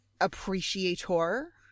appreciator